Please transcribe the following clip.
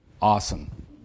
Awesome